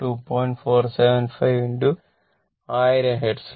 475 1000 hertz